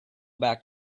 back